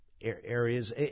areas